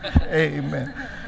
Amen